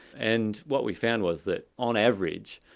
and what we found was that on average,